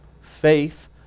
Faith